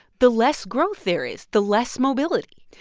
the less growth there is, the less mobility.